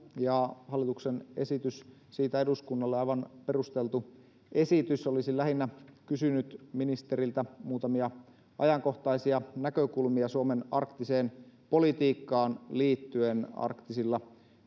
ja hallituksen esitys siitä eduskunnalle on aivan perusteltu esitys olisin lähinnä kysynyt ministeriltä muutamia ajankohtaisia näkökulmia suomen arktiseen politiikkaan liittyen arktisilla